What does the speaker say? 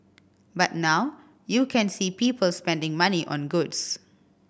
but now you can see people spending money on goods